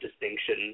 distinction